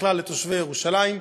ובכלל לתושבי ירושלים,